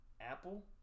Apple